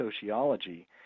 sociology